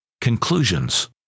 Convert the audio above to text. conclusions